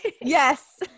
Yes